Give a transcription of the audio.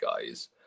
guys